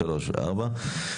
(3) ו-(4),